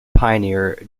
pioneer